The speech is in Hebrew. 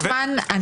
כן.